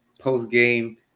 post-game